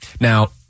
Now